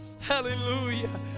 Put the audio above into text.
Hallelujah